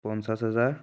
পঞ্চাছ হাজাৰ